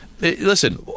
listen